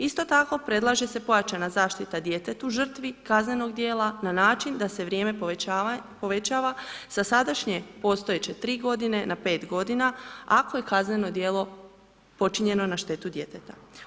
Isto tako predlaže se pojačana zaštita djetetu žrtvi, kaznenog djela na način da se vrijeme povećava sa sadašnje postojeće 3 godine na 5 godina ako je kazneno djelo počinjeno na štetu djeteta.